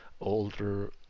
older